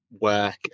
work